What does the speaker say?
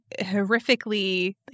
horrifically